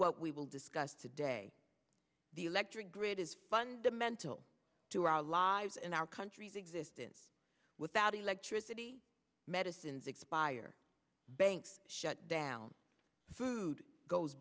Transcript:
what we will discuss today the electric grid is fundamental to our lives and our country's existence without electricity medicines expire banks shut down food goes